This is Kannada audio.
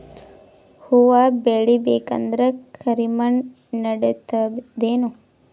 ಹುವ ಬೇಳಿ ಬೇಕಂದ್ರ ಕರಿಮಣ್ ನಡಿತದೇನು?